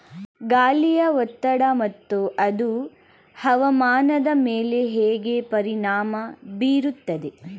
ಗಾಳಿಯ ಒತ್ತಡ ಮತ್ತು ಅದು ಹವಾಮಾನದ ಮೇಲೆ ಹೇಗೆ ಪರಿಣಾಮ ಬೀರುತ್ತದೆ?